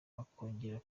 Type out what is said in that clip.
bakongera